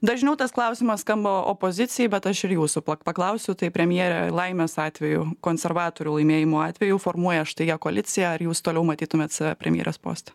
dažniau tas klausimas skamba opozicijai bet aš ir jūsų paklausiu tai premjere laimės atveju konservatorių laimėjimo atveju formuoja štai jie koaliciją ar jūs toliau matytumėte save premjerės poste